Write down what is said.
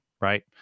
right